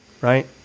Right